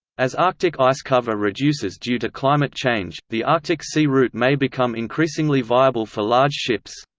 as arctic ice cover reduces due to climate change, the arctic sea route may become increasingly viable for large ships.